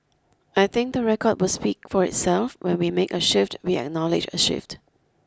I think the record will speak for itself when we make a shift we acknowledge a shift